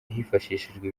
hifashishijwe